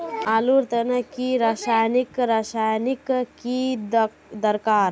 आलूर तने की रासायनिक रासायनिक की दरकार?